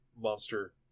monster